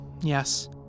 yes